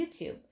YouTube